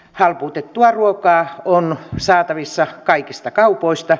halpuutettua ruokaa on saatavissa kaikista kaupoista